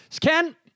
Ken